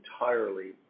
entirely